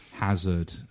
Hazard